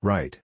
Right